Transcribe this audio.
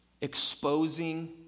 exposing